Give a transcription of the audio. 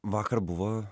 vakar buvo